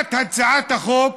בהצגת הצעת החוק